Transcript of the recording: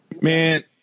Man